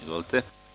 Izvolite.